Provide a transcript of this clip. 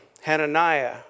Hananiah